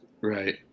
Right